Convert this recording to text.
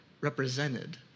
represented